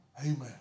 Amen